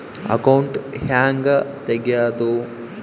Account ಹ್ಯಾಂಗ ತೆಗ್ಯಾದು?